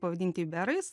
pavadinti iberais